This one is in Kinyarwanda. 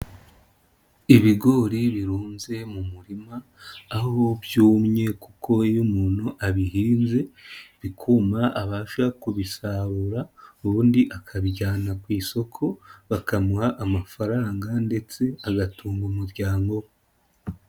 Ibigori birunze mu murima, aho byumye kuko iyo umuntu abihinze bikuma, abasha kubisarura ubundi akabijyana ku isoko, bakamuha amafaranga ndetse agatunga umuryango we.